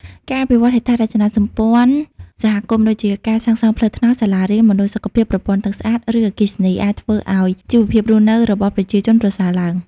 ការអភិវឌ្ឍហេដ្ឋារចនាសម្ព័ន្ធសហគមន៍ដូចជា ការសាងសង់ផ្លូវថ្នល់ សាលារៀន មណ្ឌលសុខភាព ប្រព័ន្ធទឹកស្អាត ឬអគ្គិសនី អាចធ្វើឱ្យជីវភាពរស់នៅរបស់ប្រជាជនប្រសើរឡើង។